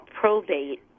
probate